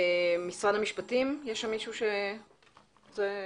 משרד המשפטים רוצה להתייחס?